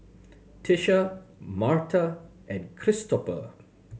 Tisha Marta and Christoper